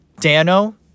Dano